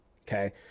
Okay